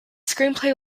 screenplay